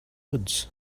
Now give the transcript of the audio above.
woods